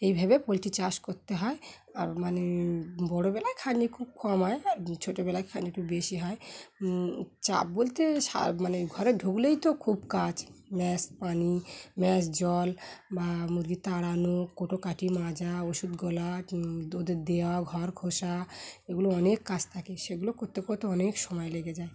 এইভাবে পোলট্রি চাষ করতে হয় আর মানে বড়বেলায় খালি খুব কম হয় আর ছোটোবেলায় খালি একটু বেশি হয় চাপ বলতে মানে ঘরে ঢুকলেই তো খুব কাজ পানি জল বা মুরগি তাড়ানো কৌটো কাঠি মাজা ওষুধ গোলা দুধের দেওয়া ঘর ঘষা এগুলো অনেক কাজ থাকে সেগুলো করতে করতে অনেক সময় লেগে যায়